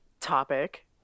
topic